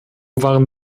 waren